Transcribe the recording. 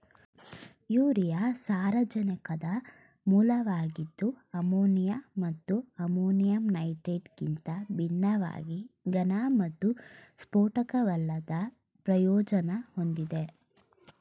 urea ಸಾರಜನಕದ ಮೂಲವಾಗಿದ್ದು ammonia ಮತ್ತು ಅಮೋನಿಯಂ ನೈಟ್ರೇಟ್ಗಿಂತ ಭಿನ್ನವಾಗಿ ಘನ ಮತ್ತು ಸ್ಫೋಟಕವಲ್ಲದ ಪ್ರಯೋಜನ ಹೊಂದಿದೆ